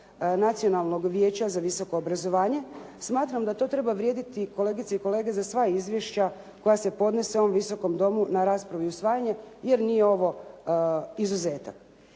Nacionalnog vijeća za visoko obrazovanje, smatram da to treba vrijediti, kolegice i kolege, za sva izvješća koja se podnose na ovom Visokom domu na raspravu i usvajanje, jer nije ovo izuzetak.